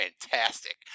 fantastic